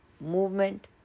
movement